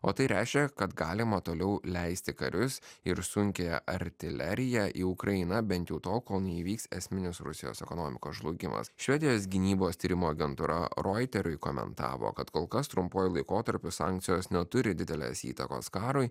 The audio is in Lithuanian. o tai reiškia kad galima toliau leisti karius ir sunkiąją artileriją į ukrainą bent jau tol kol neįvyks esminis rusijos ekonomikos žlugimas švedijos gynybos tyrimų agentūra roiteriui komentavo kad kol kas trumpuoju laikotarpiu sankcijos neturi didelės įtakos karui